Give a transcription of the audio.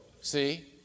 see